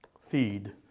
feed